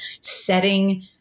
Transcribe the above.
setting